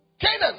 Canaan